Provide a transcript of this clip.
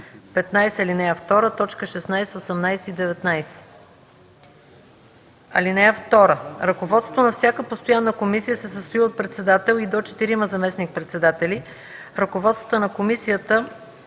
15, ал. 2, т. 16, 18 и 19. (2) Ръководството на всяка постоянна комисия се състои от председател и до 4 заместник-председатели. Ръководството на комисията